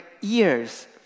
years